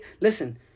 listen